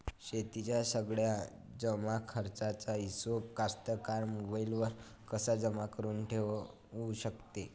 शेतीच्या सगळ्या जमाखर्चाचा हिशोब कास्तकार मोबाईलवर कसा जमा करुन ठेऊ शकते?